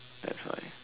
that's why